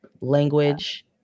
language